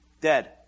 dead